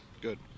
Good